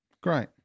Great